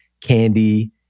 Candy